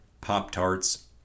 Pop-Tarts